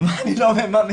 מה אני לא ממש?